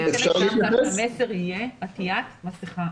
המסר יהיה עטיית מסכה.